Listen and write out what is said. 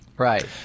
Right